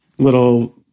Little